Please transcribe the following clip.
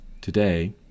Today